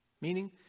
Meaning